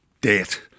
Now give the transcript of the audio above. debt